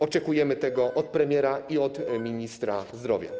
Oczekujemy tego od premiera i od ministra zdrowia.